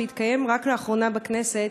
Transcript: שהתקיים רק לאחרונה בכנסת,